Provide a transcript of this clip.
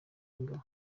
w’ingabo